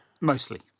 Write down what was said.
Mostly